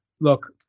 look